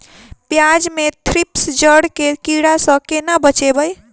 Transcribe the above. प्याज मे थ्रिप्स जड़ केँ कीड़ा सँ केना बचेबै?